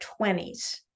20s